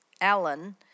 Alan